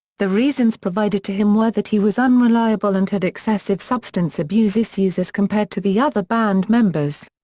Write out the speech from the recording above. the reasons provided to him were that he was unreliable and had excessive substance abuse issues as compared to the other band members.